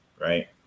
right